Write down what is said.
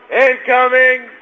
incoming